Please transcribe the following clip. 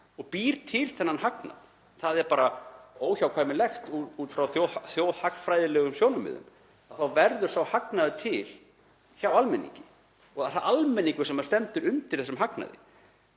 og býr til þennan hagnað, það er bara óhjákvæmilegt út frá þjóðhagfræðilegum sjónarmiðum að sá hagnaður verður til hjá almenningi og það er almenningur sem stendur undir þessum hagnaði.